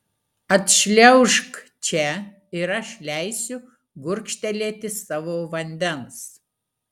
atšliaužk čia ir aš leisiu gurkštelėti savo vandens